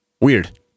Weird